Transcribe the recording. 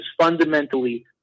fundamentally